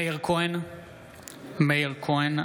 מאיר כהן,